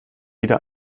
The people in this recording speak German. jeder